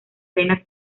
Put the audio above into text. arena